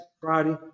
Friday